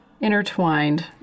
intertwined